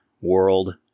world